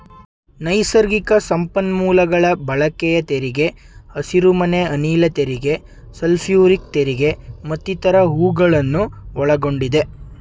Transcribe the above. ನೈಸರ್ಗಿಕ ಸಂಪನ್ಮೂಲಗಳ ಬಳಕೆಯ ತೆರಿಗೆ, ಹಸಿರುಮನೆ ಅನಿಲ ತೆರಿಗೆ, ಸಲ್ಫ್ಯೂರಿಕ್ ತೆರಿಗೆ ಮತ್ತಿತರ ಹೂಗಳನ್ನು ಒಳಗೊಂಡಿದೆ